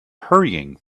hurrying